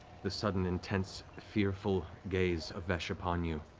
the sudden intense, fearful gaze of vesh upon you.